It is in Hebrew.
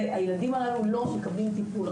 והילדים הללו לא מקבלים טיפול.